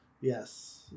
Yes